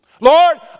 Lord